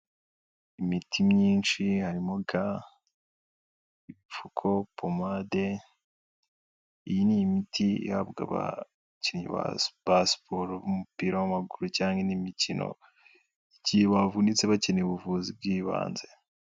Imiti myinshi; harimo ga, ibipfuko, pomade. Iyi ni imiti ihabwa abakinnyi ba siporo y'umupira w'amaguru cyangwa indi mikino igihe bavunitse bakeneye ubuvuzi bw'ibanze.